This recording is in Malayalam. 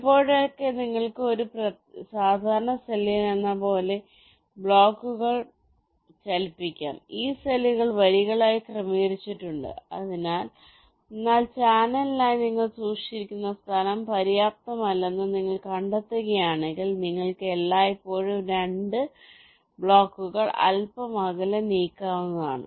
ചിലപ്പോഴൊക്കെ നിങ്ങൾക്ക് ഒരു സാധാരണ സെല്ലിലെന്നപോലെ ബ്ലോക്കുകൾ ചലിപ്പിക്കാം ഈ സെല്ലുകൾ വരികളായി ക്രമീകരിച്ചിട്ടുണ്ട് എന്നാൽ ചാനലിനായി നിങ്ങൾ സൂക്ഷിച്ചിരിക്കുന്ന സ്ഥലം പര്യാപ്തമല്ലെന്ന് നിങ്ങൾ കണ്ടെത്തുകയാണെങ്കിൽ നിങ്ങൾക്ക് എല്ലായ്പ്പോഴും 2 ബ്ലോക്കുകൾ അൽപ്പം അകലെ നീക്കാവുന്നതാണ്